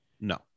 No